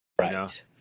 right